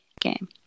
game